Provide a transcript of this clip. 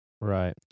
Right